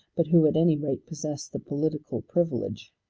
but who at any rate possessed the political privilege.